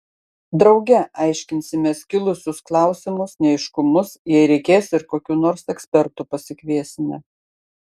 drauge aiškinsimės kilusius klausimus neaiškumus jei reikės ir kokių nors ekspertų pasikviesime